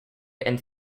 and